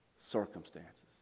circumstances